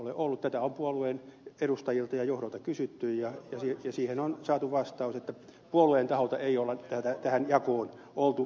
tätä on puolueen edustajilta ja johdolta kysytty ja siihen on saatu vastaus että puolueen taholta ei ole tähän jakoon oltu vaikuttamassa